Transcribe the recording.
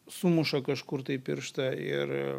sumuša kažkur tai pirštą ir